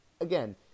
again